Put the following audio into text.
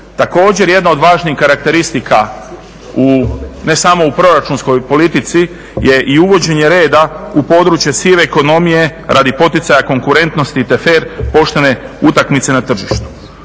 Također jedna od važnih karakteristika u ne samo proračunskoj politici je i uvođenje reda u područje sive ekonomije radi poticaja konkurentnosti te fer, poštene utakmice na tržištu.